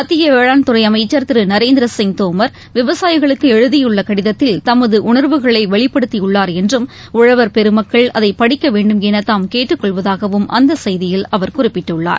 மத்திய வேளாண்துறை அமைச்சர் திரு நரேந்திர சிங் தோமர் விவசாயிகளுக்கு எழுதியுள்ள கடிதத்தில் தமது உணர்வுகளை வெளிப்படுத்தியுள்ளார் என்றும் உழவர் பெருமக்கள் அதை படிக்க வேண்டும் என தாம் கேட்டுக்கொள்வதாகவும் அந்த செய்தியில் அவர் குறிப்பிட்டுள்ளார்